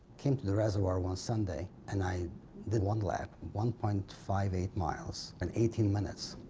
came to the reservoir one sunday, and i did one lap, one point five eight miles in eighteen minutes,